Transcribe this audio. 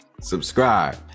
subscribe